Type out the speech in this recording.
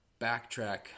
backtrack